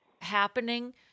happening